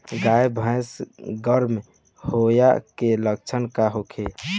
गाय भैंस गर्म होय के लक्षण का होखे?